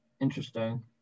Interesting